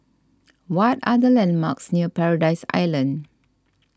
what are the landmarks near Paradise Island